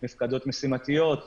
מפקדות משימתיות,